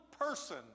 person